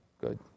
good